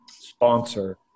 sponsor